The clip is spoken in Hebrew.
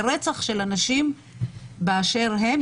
זה רצח של אנשים באשר הם,